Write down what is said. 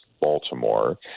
Baltimore